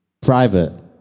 Private